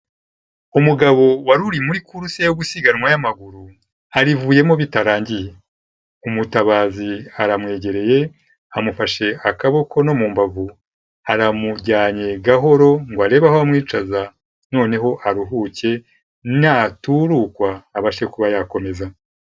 Umugabo wari uri muri kuruse yo gusiganwa y'amaguru arivuyemo bitarangiye. Umutabazi aramwegereye, amufashe akaboko no mu mbavu, aramujyanye gahoro ngo arebe aho amwicaza noneho aruhuke, naturukwa abashe kuba yakomeza.